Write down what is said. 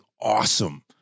awesome